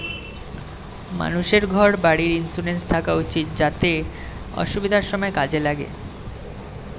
মানুষের ঘর বাড়ির ইন্সুরেন্স থাকা উচিত যাতে অসুবিধার সময়ে কাজে লাগে